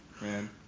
Man